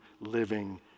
living